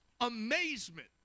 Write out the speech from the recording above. amazement